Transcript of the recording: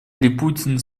липутин